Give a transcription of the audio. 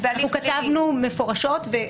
כתבנו מפורשות.